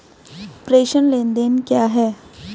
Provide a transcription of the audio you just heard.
प्रेषण लेनदेन क्या है?